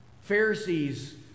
Pharisees